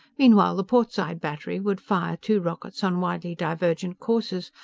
meanwhile the port-side battery would fire two rockets on widely divergent courses,